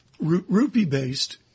rupee-based –